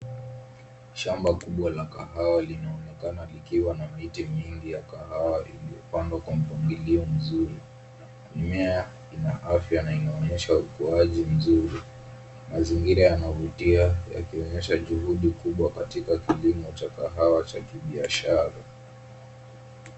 Shamba kubwa la kahawa linaonekana likiwa na miti mingi ya kahawa iliyopandwa kwa mpangilio mzuri. Mimea ina afya na inaonyesha ukuaji mzuri. Mazingira yanavutia, yakionyesha juhudi kubwa katika kilimo cha kahawa cha kibiashara.